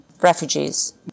refugees